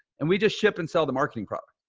and we just ship and sell the marketing product,